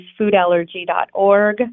foodallergy.org